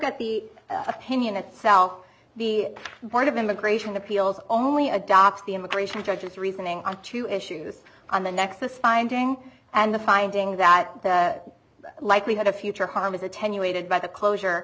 at the opinion itself the part of immigration appeals only adopts the immigration judge's reasoning on two issues on the nexus finding and the finding that the likelihood of future harm is attenuated by the closure